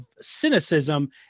cynicism